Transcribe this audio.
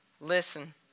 listen